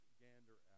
gander